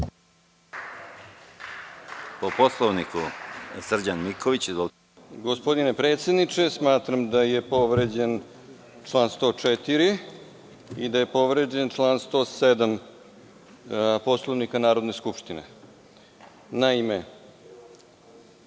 Izvolite. **Srđan Miković** Gospodine predsedniče, smatram da je povređen član 104. i da je povređen član 107. Poslovnika Narodne skupštine. Naime,